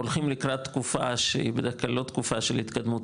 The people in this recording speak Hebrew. הולכים לקראת תקופה שהיא בדרך כלל לא תקופה של התקדמות